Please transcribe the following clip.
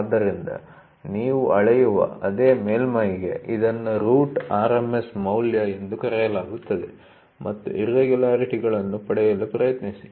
ಆದ್ದರಿಂದ ನೀವು ಅಳೆಯುವ ಅದೇ ಮೇಲ್ಮೈ'ಗೆ ಇದನ್ನು ರೂಟ್ RMS ಮೌಲ್ಯ ಎಂದು ಕರೆಯಲಾಗುತ್ತದೆ ಮತ್ತು ಇರ್ರೆಗುಲರಿಟಿಗಳನ್ನು ಪಡೆಯಲು ಪ್ರಯತ್ನಿಸಿ